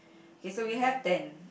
okay so we have ten